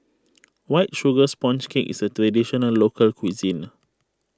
White Sugar Sponge Cake is a Traditional Local Cuisine